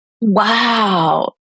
Wow